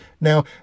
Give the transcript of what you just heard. Now